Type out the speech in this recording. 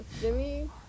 Jimmy